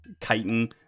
chitin